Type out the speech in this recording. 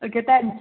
okay ten